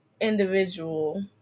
individual